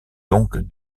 donc